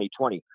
2020